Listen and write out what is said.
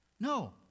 No